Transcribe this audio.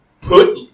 put